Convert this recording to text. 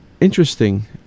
interesting